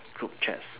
group chats